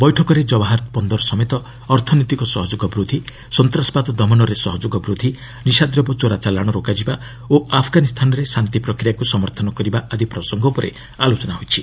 ବୈଠକରେ ଚବାହାର ବନ୍ଦର ସମେତ ଅର୍ଥନୈତିକ ସହଯୋଗ ବୃଦ୍ଧି ସନ୍ତାସବାଦ ଦମନରେ ସହଯୋଗ ବୃଦ୍ଧି ନିଶାଦ୍ରବ୍ୟ ଚୋରା ଚାଲାଣ ରୋକାଯିବା ଓ ଆଫ୍ଗାନିସ୍ତାନରେ ଶାନ୍ତି ପ୍ରକ୍ରିୟାକୁ ସମର୍ଥନ କରିବା ଆଦି ପ୍ରସଙ୍ଗ ଉପରେ ଆଲୋଚନା ହୋଇଛି